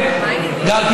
פריג'.